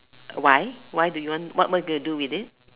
why why do you want what what're you gonna do with it